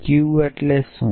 Q એટલે શું